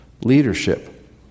leadership